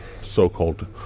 so-called